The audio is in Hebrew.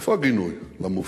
איפה הגינוי למופתי?